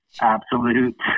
absolute